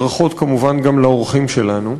ברכות כמובן גם לאורחים שלנו.